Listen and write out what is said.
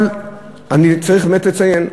אבל אני צריך באמת לציין,